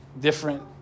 different